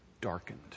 darkened